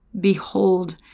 Behold